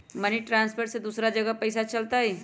Money transfer से दूसरा जगह पईसा चलतई?